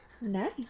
Nice